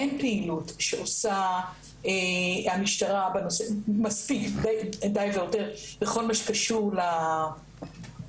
אין פעילות מספיק שעושה המשטרה בכל מה שקשור למפרסמים